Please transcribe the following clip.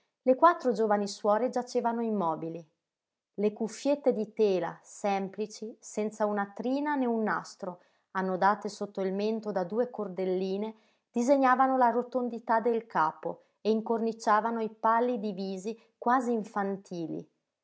le quattro giovani suore giacevano immobili le cuffiette di tela semplici senza una trina né un nastro annodate sotto il mento da due cordelline disegnavano la rotondità del capo e incorniciavano i pallidi visi quasi infantili